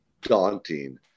daunting